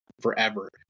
forever